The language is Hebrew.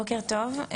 בוקר טוב,